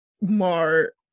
more